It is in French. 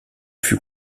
fut